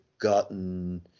gotten